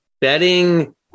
betting